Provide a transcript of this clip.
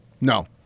No